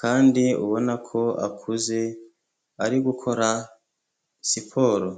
kandi ubona ko akuze, ari gukora siporo.